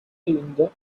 இந்த